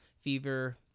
fever